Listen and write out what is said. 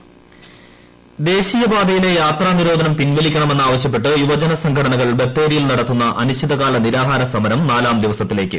ബത്തേരി സമരം ദേശീയപാതയിലെ യാത്ര നിരോധനം പിൻവലിക്കണമെന്നാവശൃപ്പെട്ട് യുവജന സംഘടനകൾ ബത്തേരിയിൽ നടത്തുന്ന അനിശ്ചിതകാല നിരാഹാര സമരം നാലാം ദിവസത്തിലേക്ക്